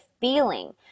feeling